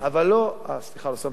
סליחה, לא שמתי לב לזמן.